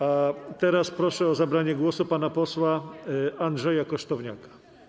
A teraz proszę o zabranie głosu pana posła Andrzeja Kosztowniaka.